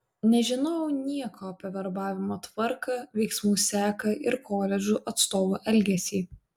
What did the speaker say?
nežinojau nieko apie verbavimo tvarką veiksmų seką ir koledžų atstovų elgesį